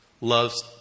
loves